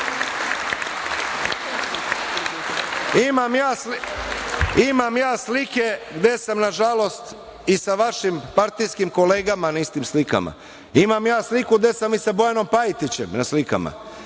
imam ja slike gde sam, nažalost, i sa vašim partijskim kolegama na istim slikama. Imam ja sliku gde sam i sa Bojanom Pajtićem na slikama.